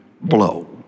blow